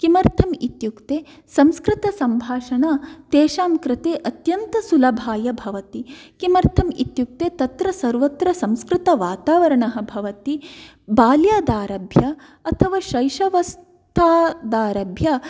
किमर्थमित्युक्ते संस्कृतसम्भाषणं तेषाङ्कृते अत्यन्तसुलभाय भवति किमर्थमित्युक्ते तत्र सर्वत्र संस्कृतवातावरणं भवति बाल्यादारभ्य अथवा शैशवस्थादारभ्य